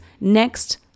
next